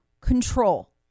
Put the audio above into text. control